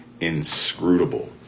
inscrutable